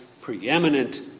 preeminent